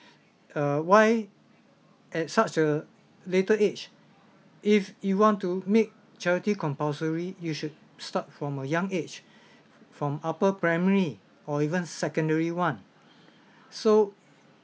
uh why at such a later age if you want to make charity compulsory you should start from a young age from upper primary or even secondary one so